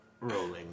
rolling